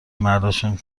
مرداشون